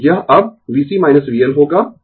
तो यह अब VC VL होगा